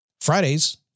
Fridays